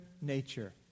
nature